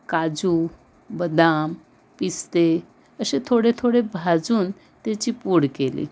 काजू बदाम पिस्ते असे थोडे थोडे भाजून त्याची पूड केली